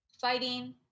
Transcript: Fighting